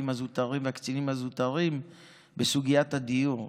הזוטרים והקצינים הזוטרים בסוגיית הדיור,